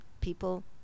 people